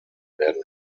werden